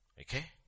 Okay